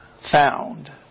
found